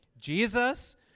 Jesus